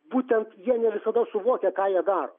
būtent jie ne visada suvokia ką jie daro